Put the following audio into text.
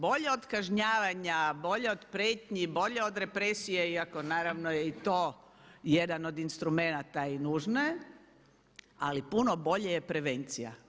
Bolja od kažnjavanja, bolja od prijetnji, bolja od represije iako naravno je i to jedan od instrumenata i nužna je ali puno bolja je prevencija.